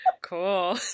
Cool